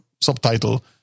subtitle